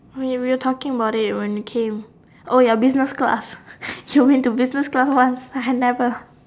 oh you were talking about it when you came oh you're business class you been to business class once I remember